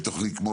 לכן,